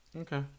Okay